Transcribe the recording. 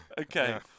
Okay